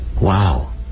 Wow